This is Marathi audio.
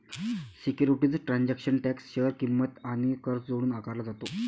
सिक्युरिटीज ट्रान्झॅक्शन टॅक्स शेअर किंमत आणि कर जोडून आकारला जातो